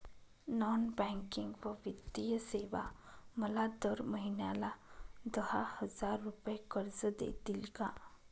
Non banking व वित्तीय सेवा मला दर महिन्याला दहा हजार रुपये कर्ज देतील का?